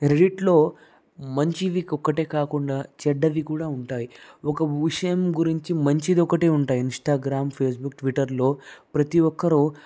రెడీట్లో మంచివి ఒకటే కాకుండా చెడ్డవి కూడా ఉంటాయి ఒక విషయం గురించి మంచిది ఒకటే ఉంటాయి ఇంస్టాగ్రామ్ ఫేస్బుక్ ట్విట్టర్లో ప్రతీ ఒక్కరు